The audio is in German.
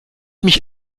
mich